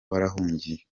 warahungiye